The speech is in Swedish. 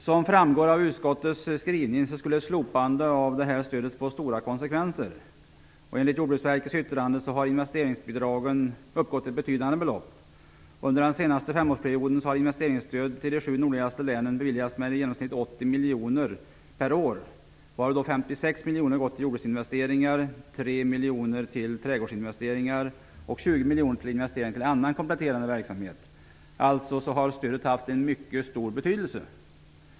Som framgår av utskottets skrivning skulle ett slopande av landsbygdsstödet få omfattande konsekvenser. Enligt Jordbruksverkets yttrande har investeringsbidragen uppgått till betydande belopp. Under den senaste femårsperioden har investeringsstöd till de sju nordligaste länen beviljats med i genomsnitt 80 miljoner kronor per år, varav 56 miljoner kronor gått till jordbruksinvesteringar samt 3 miljoner kronor till trädgårdsinvesteringar och 20 miljoner kronor till annan kompletterande verksamhet. Stödet har alltså haft mycket stor betydelse.